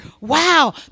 wow